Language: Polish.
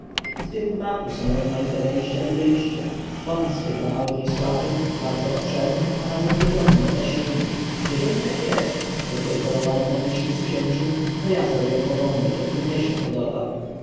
tym gmachu są rozmaite wejścia i wyjścia wąskie dla małych i słabych bardzo obszerne a nawet wygodne dla silnych jeżeli tak jest zakiełkowała nowa myśl w księciu to ja zrobię porządek jaki mnie się podoba